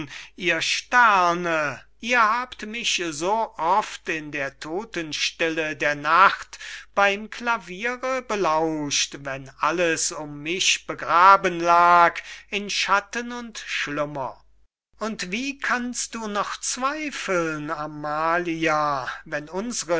ihr sterne ihr habt mich so oft in der todenstille der nacht beym klaviere belauscht wenn alles um mich begraben lag in schatten und schlummer und wie kannst du noch zweifeln amalia wenn unsere